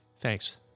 Thanks